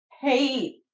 hate